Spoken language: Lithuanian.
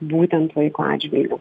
būtent vaiko atžvilgiu